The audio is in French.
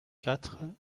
quatre